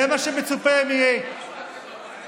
זה מה שמצופה משותפים.